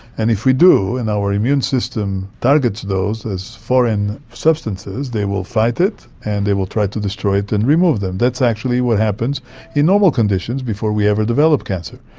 and if we do and our immune system targets those as foreign substances they will fight it and they will try to destroy it and remove them. that's actually what happens in normal conditions before we ever develop cancer.